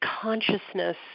consciousness